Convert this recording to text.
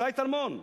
שי טלמון,